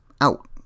out